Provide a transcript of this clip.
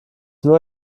nur